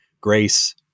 grace